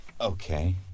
Okay